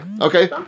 Okay